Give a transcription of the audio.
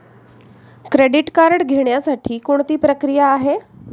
Credit card घेण्यासाठी कोणती प्रक्रिया आहे?